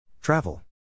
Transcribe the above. Travel